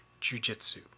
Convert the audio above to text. jujitsu